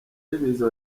y’ibiza